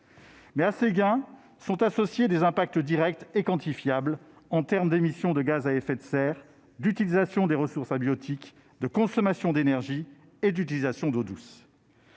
ces gains sont associés à des impacts directs et quantifiables en termes d'émissions de gaz à effet de serre, d'utilisation des ressources halieutiques, de consommation d'énergie et d'utilisation d'eau douce.